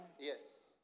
Yes